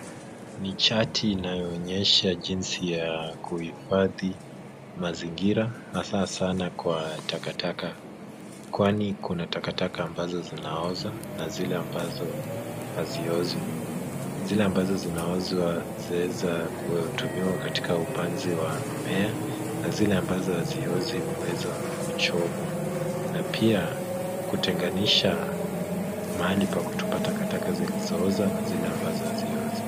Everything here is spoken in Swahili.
Ni chati inayoonyesha jinsi ya kuhifadhi mazingira hasa sana kwa takataka, kwani kuna takataka ambazo zinaoza na zile ambazo haziozi. Zile ambazo zinaoza zinaweza kutumika katika upanzi wa mimea na zile ambazo haziozi huweza kuchomwa na pia kutenganisha mahali pa kutupa zilizooza na zile ambazo haziozi.